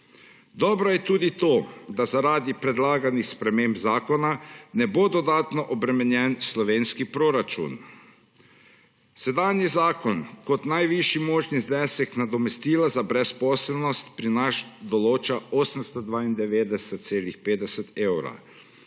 Dobro je tudi to, da zaradi predlaganih sprememb zakona ne bo dodatno obremenjen slovenski proračun. Sedanji zakon kot najvišji možni znesek nadomestila za brezposelnost pri nas določa 892,50 evra.